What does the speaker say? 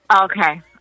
Okay